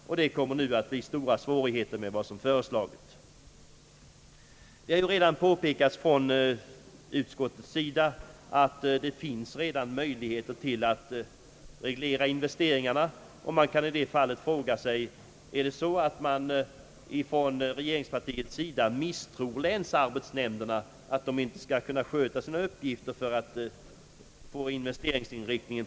Genom de föreliggande förslagen uppstår stora svårigheter att tillgodose dessa. Från utskottets sida har påpekats, att det redan finns möjligheter att reglera investeringarna. Man kan fråga sig om regeringspartiet misstror länsarbetsnämndernas förmåga att kunna sköta sina uppgifter med investeringsinriktningen.